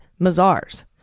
Mazar's